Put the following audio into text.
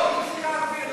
זה שבירה של הביטחון.